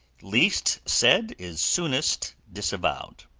least said is soonest disavowed.